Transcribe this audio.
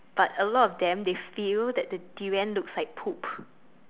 but a lot of them they feel that the durian looks like poop